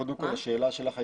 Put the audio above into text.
קודם כל השאלה שלך הייתה,